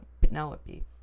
Penelope